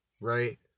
right